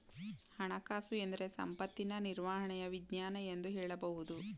ಹಣಕಾಸುಎಂದ್ರೆ ಸಂಪತ್ತಿನ ನಿರ್ವಹಣೆಯ ವಿಜ್ಞಾನ ಎಂದು ಹೇಳಬಹುದು